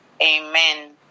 Amen